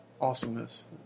awesomeness